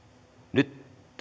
nyt